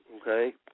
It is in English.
okay